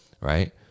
right